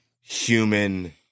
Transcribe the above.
human